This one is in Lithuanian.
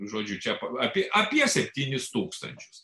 žodžiu čia apie apie septynis tūkstančius